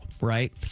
right